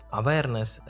awareness